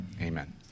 Amen